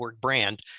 brand